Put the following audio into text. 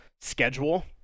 Schedule